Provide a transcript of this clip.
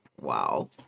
Wow